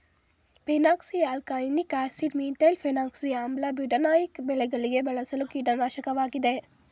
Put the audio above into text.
phenoxyalkanoic acid, methylphenoxy ಆಮ್ಲ, butanoic ಬೆಳೆಗಳಿಗೆ ಬಳಸುವ ಕೀಟನಾಶಕವಾಗಿದೆ